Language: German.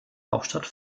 hauptstadt